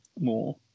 more